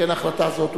שכן החלטה זו,